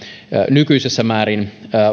nykyisessä määrin